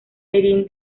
erin